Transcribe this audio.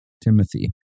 Timothy